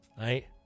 right